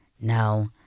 No